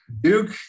Duke